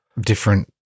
different